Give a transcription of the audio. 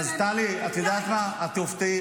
אז טלי, את יודעת מה, את תופתעי.